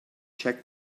check